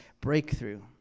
breakthrough